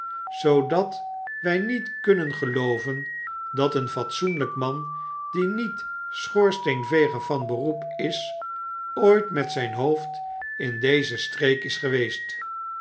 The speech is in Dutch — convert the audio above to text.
zoodat wij niet kunnen gelooven dat een fatsoenlijk man die niet schoorsteenveger van beroep is ooit met zijn hoofd in deze streek is geweest